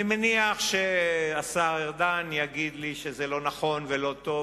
אני מניח שהשר ארדן יגיד לי שזה לא נכון ולא טוב,